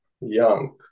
young